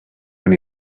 when